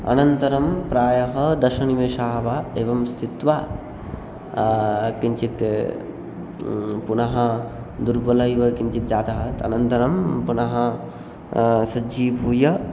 अनन्तरं प्रायः दशनिमेषाः वा एवं स्थित्वा किञ्चित् पुनः दुर्बलः इव किञ्चित् जातः अनन्तरं पुनः सज्जीभूय